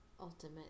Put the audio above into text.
ultimate